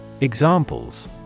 Examples